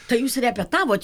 tai jūs repetavot